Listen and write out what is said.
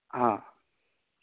हा